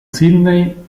sídney